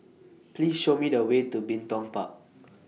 Please Show Me The Way to Bin Tong Park